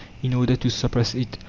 in order to suppress it,